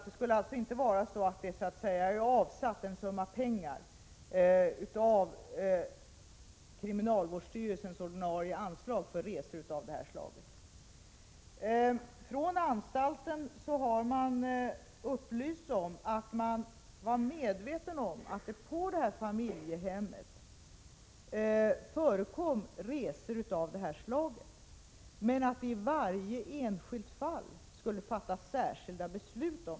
Det skulle alltså inte vara så att det har avsatts en summa pengar från kriminalvårdsstyrelsens ordinarie anslag för resor av det här slaget. Från anstalten har man upplyst om att man var medveten om att det på det här familjehemmet förekom resor av detta slag men att det i varje enskilt fall skulle fattas särskilda beslut.